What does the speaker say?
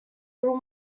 little